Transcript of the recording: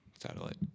satellite